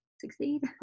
succeed